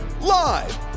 Live